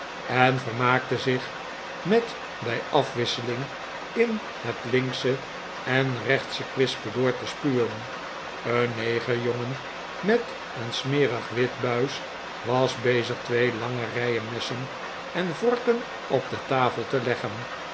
en vermaakte zich met bij afwisseling in het linksche en rechtsche kwispedoor te spuwen een negerjongen met een smerig wit buis was bezig twee lange rijen messen en vorken op de tafel te leggen